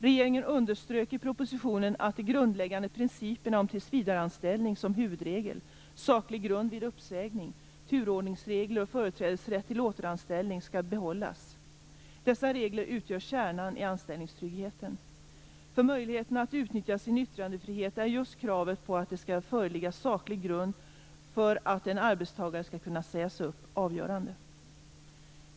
Regeringen underströk i propositionen att de grundläggande principerna om tillsvidareanställning som huvudregel, saklig grund vid uppsägning, turordningsregler och företrädesrätt till återanställning skall behållas. Dessa regler utgör kärnan i anställningstryggheten. För möjligheten att utnytta sin yttrandefrihet är just kravet på att det skall föreligga saklig grund för att en arbetstagare skall kunna sägas upp avgörande.